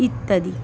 ইত্যাদি